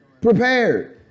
prepared